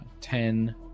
ten